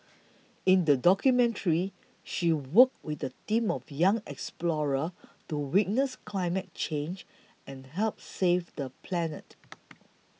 in the documentary she worked with a team of young explorers to witness climate change and help save the planet